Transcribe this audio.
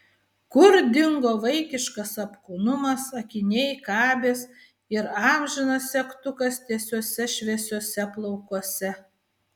kur dingo vaikiškas apkūnumas akiniai kabės ir amžinas segtukas tiesiuose šviesiuose plaukuose